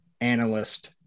analyst